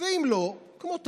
ואם לא, כמו תמיד,